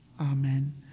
amen